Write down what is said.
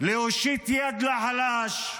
להושיט יד לחלש.